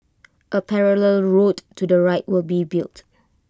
A parallel road to the right will be built